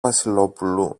βασιλόπουλου